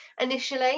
initially